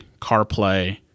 CarPlay